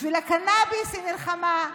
בשביל הקנביס היא נלחמה,